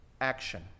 action